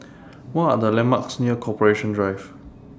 What Are The landmarks near Corporation Drive